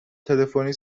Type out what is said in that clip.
تلفنی